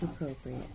appropriate